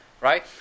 right